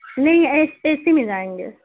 نہیں A C میں جائیں گے